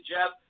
Jeff